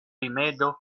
rimedo